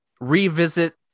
revisit